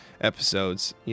episodes